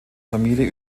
familie